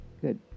good